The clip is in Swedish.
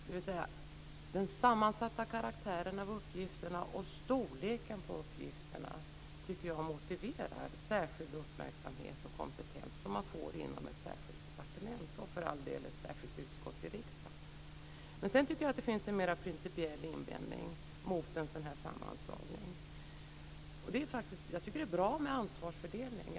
Dvs. att jag tycker att den sammansatta karaktären av uppgifterna och storleken på uppgifterna motiverar särskild uppmärksamhet och kompetens som man får inom ett särskilt departement och, för all del, inom ett särskilt utskott i riksdagen. Sedan finns det en mer principiell invändning mot en sådan här sammanslagning. Jag tycker att det är bra med ansvarsfördelning.